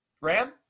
Ram